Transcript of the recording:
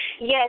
yes